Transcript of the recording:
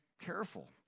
careful